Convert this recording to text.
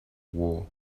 war